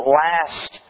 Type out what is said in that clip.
last